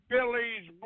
Billy's